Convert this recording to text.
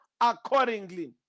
accordingly